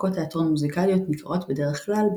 הפקות תיאטרון מוזיקליות נקראות בדרך כלל,